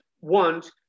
want